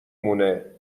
مونه